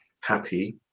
happy